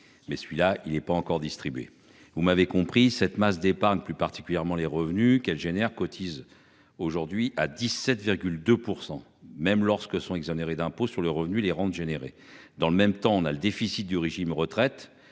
mais celui-là il est pas encore distribués. Vous m'avez compris cette masse d'épargne plus particulièrement les revenus qu'elle génère cotise aujourd'hui à 17 2 pour même lorsque sont exonérés d'impôt sur le revenu les rentes générées dans le même temps, on a le déficit du régime retraite